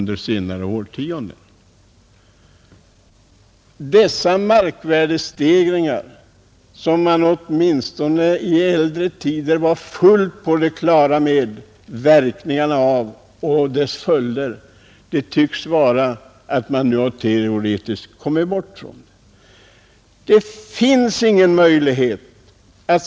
Dessa markvärdestegringar, som man i äldre tider åtminstone var fullt på det klara med verkningarna av, tycks man nu inte längre bekymra sig för.